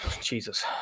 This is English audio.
Jesus